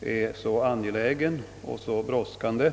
är så angelägen och brådskande.